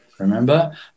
Remember